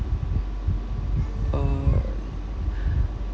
uh